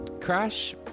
Crash